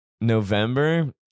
November